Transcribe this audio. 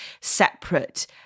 separate